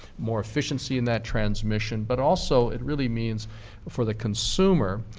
more efficiency in that transmission. but also it really means for the consumer,